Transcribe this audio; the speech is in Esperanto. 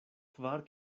kvar